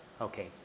Okay